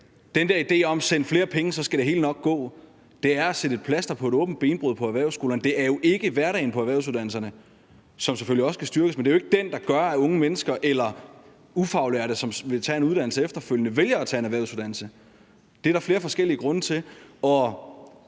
der idé om at sende flere penge, og så skal det hele nok gå, er som at sætte et plaster på et åbent benbrud for erhvervsskolerne. Hverdagen på erhvervsuddannelserne skal selvfølgelig også styrkes, men det er jo ikke den, der gør, at unge mennesker eller ufaglærte, som vil tage en uddannelse efterfølgende, vælger at tage en erhvervsuddannelse. Det er der flere forskellige grunde til.